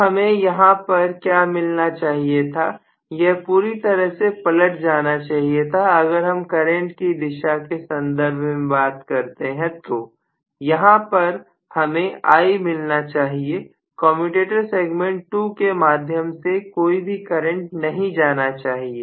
तो हमें यहां पर क्या मिलना चाहिए था यह पूरी तरह से पलट जाना चाहिए था अगर हम करंट की दिशा के संदर्भ में बात करते हैं तो यहां पर हमें I मिलना चाहिए कमयुटेटर सेगमेंट 2 के माध्यम से कोई भी करंट नहीं जाना चाहिए